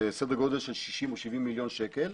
סדר גודל של 60 או 70 מיליון שקל,